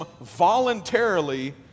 voluntarily